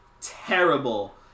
terrible